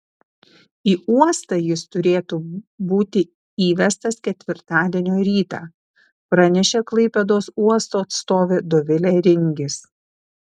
į uostą jis turėtų būti įvestas ketvirtadienio rytą pranešė klaipėdos uosto atstovė dovilė ringis